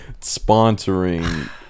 sponsoring